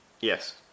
yes